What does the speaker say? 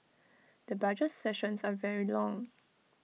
the budget sessions are very long